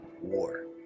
war